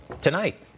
tonight